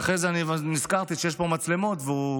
ואז נזכרתי שיש פה מצלמות והוא